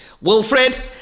Wilfred